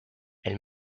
elle